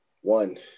one